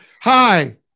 hi